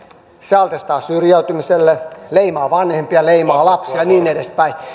se altistaa syrjäytymiselle leimaa vanhempia leimaa lapsia ja niin edespäin